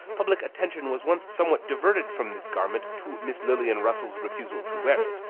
public attention was once somewhat diverted from this garment to miss lillian russell's refusal to wear it,